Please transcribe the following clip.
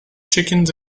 chickens